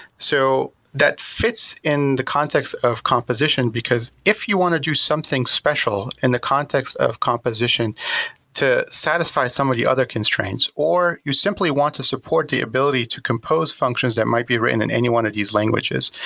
so that fits in the context of composition because if you want to do something special in the context of composition to satisfy some of the other constraints or you simply want to support the ability to compose functions that might be written in any one of these languages,